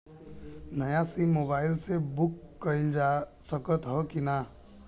नया sim mobile से book कइलजा सकत ह कि ना?